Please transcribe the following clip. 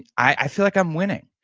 i feel like i'm winning.